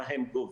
מה הם גובים.